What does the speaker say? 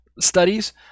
studies